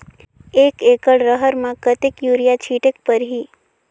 एक एकड रहर म कतेक युरिया छीटेक परही?